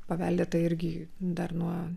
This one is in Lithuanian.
paveldėta irgi dar nuo